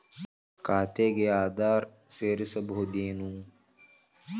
ಖಾತೆಗೆ ಆಧಾರ್ ಸೇರಿಸಬಹುದೇನೂ?